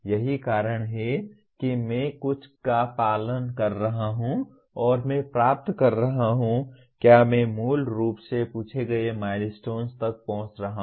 यही कारण है कि मैं कुछ का पालन कर रहा हूं और मैं प्राप्त कर रहा हूं क्या मैं मूल रूप से पूछे गए माइलस्टोन्स तक पहुंच रहा हूं